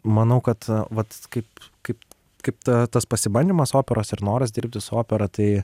manau kad vat kaip kaip kaip ta tas pasibandymas operos ir noras dirbti su opera tai